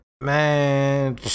Man